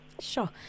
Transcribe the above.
Sure